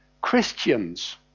Christians